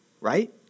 right